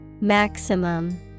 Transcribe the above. Maximum